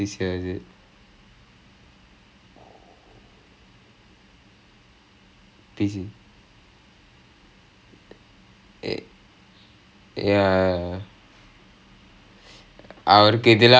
haran அவரு அவரு என்ன சொல்றது:avaru avaru enna solrathu he's busy brother oh god he's he's full on he's like a full on celebrity right now right he's doing gigs he's doing online concerts and everything அவனை போய் வந்து:avanai poi vanthu